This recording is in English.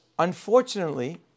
Unfortunately